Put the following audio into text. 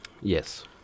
Yes